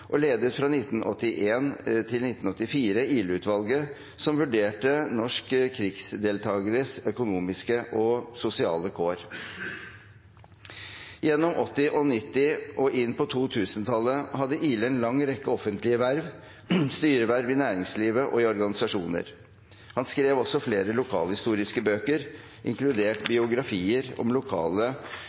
og ledet fra 1981 til 1984 Ihle-utvalget, som vurderte norske krigsdeltakeres økonomiske og sosiale kår. Gjennom 1980-, 1990- og inn på 2000-tallet hadde Ihle en lang rekke offentlige verv, styreverv i næringslivet og i organisasjoner. Han skrev også flere lokalhistoriske bøker, inkludert biografier om de lokale